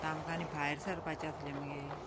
आतां आमकां आनी भायर सरपाचें आसलें मगे